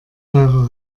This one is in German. teure